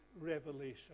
revelation